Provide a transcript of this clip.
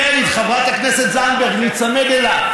כן, חברת הכנסת זנדברג, להיצמד אליו.